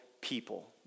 people